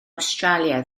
awstralia